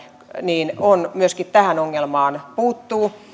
myöskin tähän ongelmaan puuttuu